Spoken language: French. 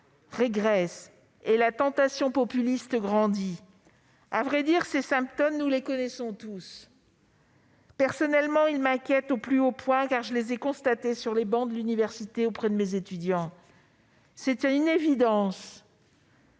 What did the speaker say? régresse et la tentation populiste grandit. À vrai dire, ces symptômes, nous les connaissons tous. Personnellement, ils m'inquiètent au plus haut point, car je les ai constatés sur les bancs de l'université, auprès de mes étudiants. C'est une évidence